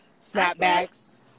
snapbacks